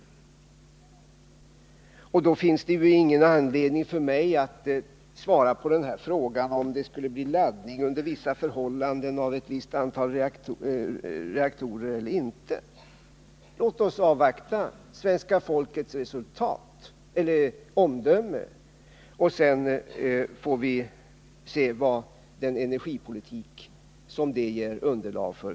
Mot den bakgrunden finns det ingen anledning för mig att svara på frågan om det under vissa förhållanden skulle bli laddning av ett visst antal reaktorer eller inte. Låt oss avvakta svenska folkets omdöme! Sedan får vi se vilken energipolitik som det kan ge underlag för.